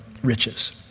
riches